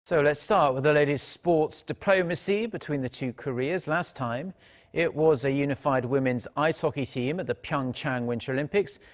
so let's start with the latest sports diplomacy between the two koreas. last time it was a unified women's ice hockey team at the pyeongchang winter olympics.